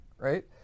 right